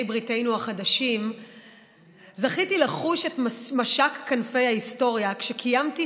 בריתנו החדשים זכיתי לחוש את משק כנפי ההיסטוריה כשקיימתי